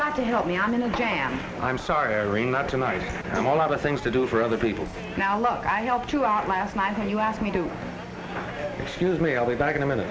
got to help me i'm in a jam i'm sorry not tonight i'm a lot of things to do for other people now look i helped you out last night and you asked me to excuse me i'll be back in a minute